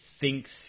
thinks